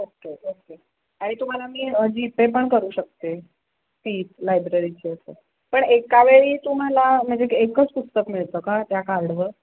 okay okay आणि तुम्हाला मी जी पे पण करू शकते फी लायब्ररीची असं पण एकावेळी तुम्हाला म्हणजे एकच पुस्तक मिळतं का त्या कार्डवर